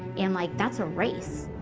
and, like, that's a race.